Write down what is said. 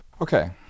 okay